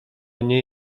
nie